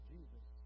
Jesus